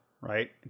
right